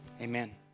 Amen